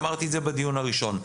אמרתי את זה בדיון הראשון,